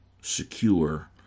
secure